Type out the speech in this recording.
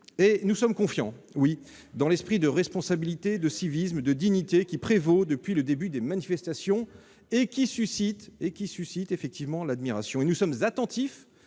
Nous avons confiance dans l'esprit de responsabilité, de civisme et de dignité qui prévaut depuis le début des manifestations et qui suscite l'admiration. Nous sommes attentifs